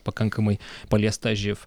pakankamai paliesta živ